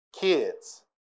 kids